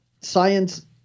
science